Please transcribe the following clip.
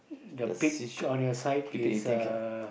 the seashore people eating